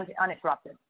uninterrupted